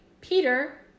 Peter